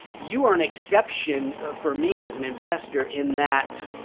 you are an exception for me as an investor in that,